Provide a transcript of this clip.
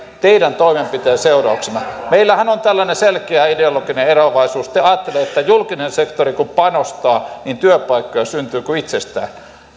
teidän toimenpiteiden seurauksena meillähän on tällainen selkeä ideologinen eroavaisuus te ajattelette että julkinen sektori kun panostaa niin työpaikkoja syntyy kuin itsestään